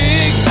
Big